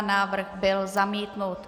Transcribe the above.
Návrh byl zamítnut.